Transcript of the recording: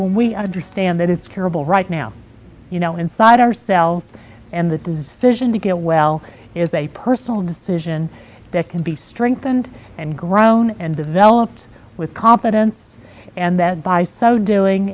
when we understand that it's terrible right now you know inside ourselves and the decision to get well is a personal decision that can be strengthened and grown and developed with confidence and that by so doing